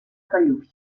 callús